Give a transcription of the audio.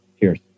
Cheers